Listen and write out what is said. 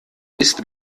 ist